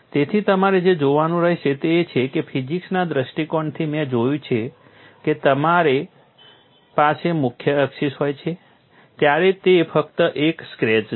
તેથી તમારે જે જોવાનું રહેશે તે એ છે કે ફિઝિક્સના દૃષ્ટિકોણથી મેં જોયું છે કે જ્યારે તમારી પાસે મુખ્ય એક્સિસ હોય છે ત્યારે તે ફક્ત એક સ્ક્રેચ છે